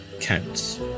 counts